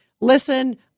listen